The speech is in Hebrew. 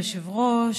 אדוני היושב-ראש,